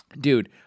Dude